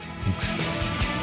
Thanks